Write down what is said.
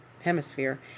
hemisphere